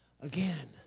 again